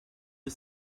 you